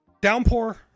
Downpour